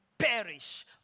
Perish